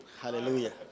Hallelujah